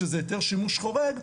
שזה היתר שימוש חורג,